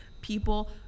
people